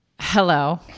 hello